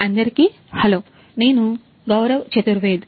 అందరికీ హలో నేను గౌరవ్ చతుర్వేది